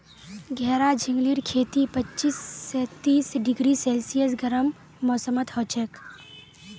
घेरा झिंगलीर खेती पच्चीस स तीस डिग्री सेल्सियस गर्म मौसमत हछेक